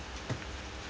F_P_S